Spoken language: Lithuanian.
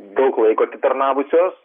daug laiko atitarnavusios